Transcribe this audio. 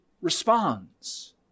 responds